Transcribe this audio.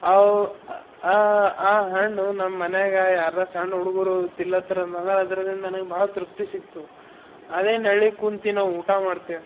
ಅವು ಆ ಆ ಹಣ್ಣು ನಮ್ಮ ಮನೆಗೆ ಯಾರದ್ದೋ ಸಣ್ಣ ಹುಡುಗರು ತಿಲ್ಲತ್ರ ಅಂದ್ರೆ ಅದರಿಂದನೆ ನನ್ಗೆ ಭಾಳ ತೃಪ್ತಿ ಸಿಕ್ತು ಅದೇ ನೆಲ್ಲಿ ಕುಂತಿನೊ ಊಟ ಮಾಡ್ತಿ